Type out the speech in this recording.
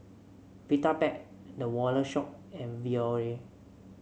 Vitapet The Wallet Shop and Biore